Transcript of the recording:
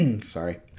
sorry